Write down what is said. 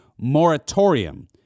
moratorium